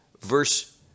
Verse